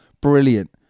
brilliant